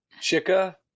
Chica